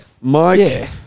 Mike